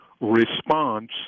response